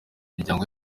miryango